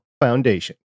Foundation